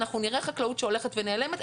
אנחנו נראה חקלאות שהולכת ונעלמת.